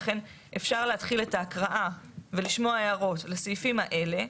אכן אפשר להתחיל את ההקראה ולשמוע הערות לסעיפים האלה.